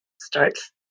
starts